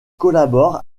collabore